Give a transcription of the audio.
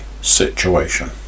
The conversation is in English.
situation